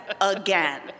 again